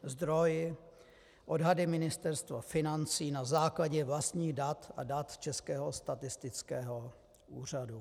Zdroj: Odhady Ministerstva financí na základě vlastních dat a dat Českého statistického úřadu.